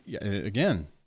again